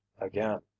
again